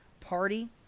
party